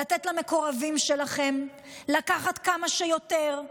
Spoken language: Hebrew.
לתת למקורבים שלכם לקחת כמה שיותר,